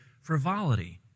frivolity